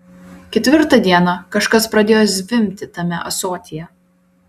ketvirtą dieną kažkas pradėjo zvimbti tame ąsotyje